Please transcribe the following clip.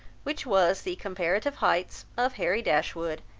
which was the comparative heights of harry dashwood,